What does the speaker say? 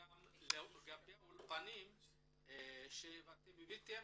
לגבי סוגיית האולפנים אני מציין